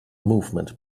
movement